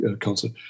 concert